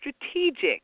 strategic